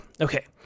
okay